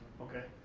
okay.